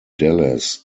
dallas